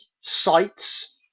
sites